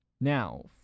Now